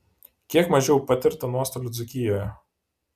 kiek mažiau patirta nuostolių dzūkijoje